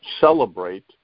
celebrate